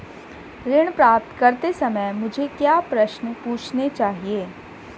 ऋण प्राप्त करते समय मुझे क्या प्रश्न पूछने चाहिए?